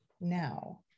now